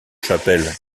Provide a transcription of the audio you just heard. chapelle